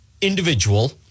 individual